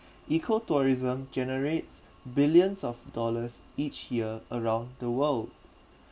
eco tourism generates billions of dollars each year around the world